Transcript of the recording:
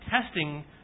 testing